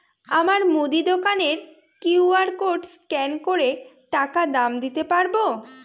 আমার মুদি দোকানের কিউ.আর কোড স্ক্যান করে টাকা দাম দিতে পারব?